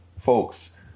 Folks